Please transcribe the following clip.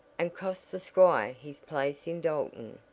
and cost the squire his place in dalton!